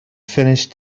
finished